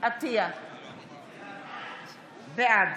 בעד